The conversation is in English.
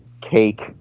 cake